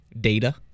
data